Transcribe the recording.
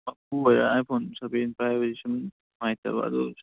ꯃꯄꯨ ꯑꯣꯏꯔ iPhone ꯁꯕꯦꯟ ꯄꯥꯏꯕꯁꯤ ꯁꯨꯝ ꯅꯨꯡꯉꯥꯏꯇꯕ ꯑꯗꯨ